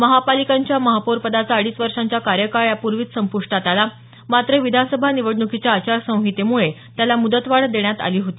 महापालिकांच्या महापौरपदाचा अडीच वर्षांचा कार्यकाळ यापूर्वीच संपृष्टात आला मात्र विधानसभा निवडणुकीच्या आचारसंहितेमुळे त्याला मुदतवाढ देण्यात आली होती